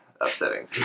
upsetting